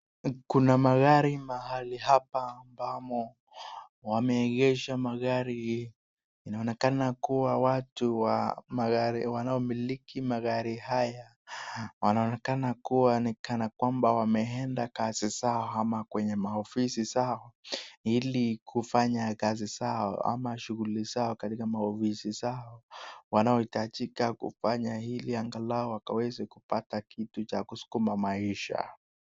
Kuna magari mahali hapa ambamo wameegesha magari hii , inaonekana kuwa watu wanaomiliki magari haya wanaonekana kuwa ni kana kwamba wameenda kazi zao ama kwenye maofisi zao ili kufanya kazi zao ama shughuli zao katika maofisi zao, wanaohitajika kufanya hili angalau wakaweze kupata kitu cha kusukuma maisha.